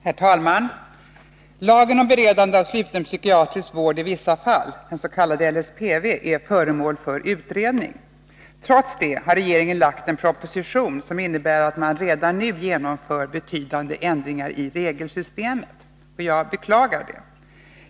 Herr talman! Lagen om beredande av sluten psykiatrisk vård i vissa fall, . LSPV, är föremål för utredning. Trots det har regeringen lagt fram en proposition som innebär att man redan nu vill genomföra betydande ändringar i regelsystemet. Jag beklagar det.